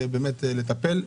הדרך לטפל.